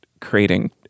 creating